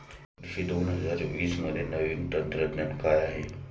कृषी दोन हजार वीसमध्ये नवीन तंत्रज्ञान काय आहे?